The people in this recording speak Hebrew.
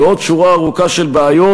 ועוד שורה ארוכה של בעיות,